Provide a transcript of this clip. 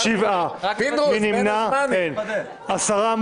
הצבעה בעד, 10 נגד, 7 נמנעים, אין אושרה.